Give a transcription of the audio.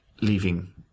leaving